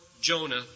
Jonah